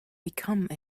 become